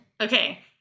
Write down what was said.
Okay